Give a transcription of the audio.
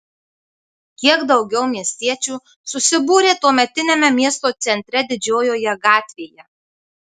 kiek daugiau miestiečių susibūrė tuometiniame miesto centre didžiojoje gatvėje